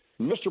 Mr